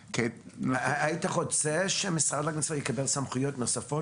היית רוצה שהמשרד להגנת הסביבה יקבל סמכויות נוספות,